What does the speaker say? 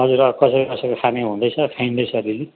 हजुर अँ कसै कसैको खाने हुँदैछ खाइँदैछ अलिअलि